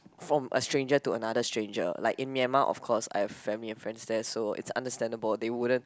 from a stranger to another stranger like in Myanmar of course I have family and friends there so it's understandable they wouldn't